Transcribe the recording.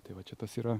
tai va čia tas yra